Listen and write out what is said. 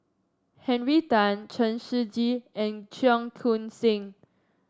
Henry Tan Chen Shiji and Cheong Koon Seng